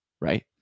right